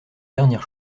dernière